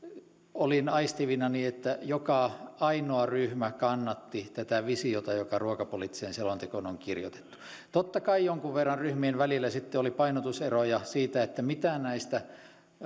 olin aistivinani että joka ainoa ryhmä kannatti tätä visiota joka ruokapoliittiseen selontekoon on kirjoitettu totta kai jonkun verran ryhmien välillä oli sitten painotuseroja siinä mitä näistä